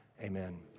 amen